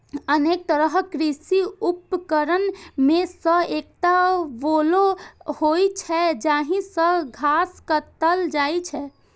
अनेक तरहक कृषि उपकरण मे सं एकटा बोलो होइ छै, जाहि सं घास काटल जाइ छै